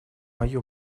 мое